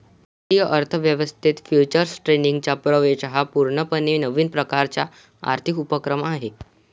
भारतीय अर्थ व्यवस्थेत फ्युचर्स ट्रेडिंगचा प्रवेश हा पूर्णपणे नवीन प्रकारचा आर्थिक उपक्रम आहे